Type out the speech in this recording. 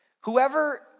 Whoever